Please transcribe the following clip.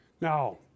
now